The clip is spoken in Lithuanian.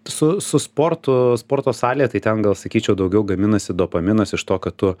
su su sportu sporto salėje tai ten gal sakyčiau daugiau gaminasi dopaminas iš to kad tu